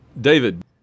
David